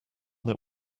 that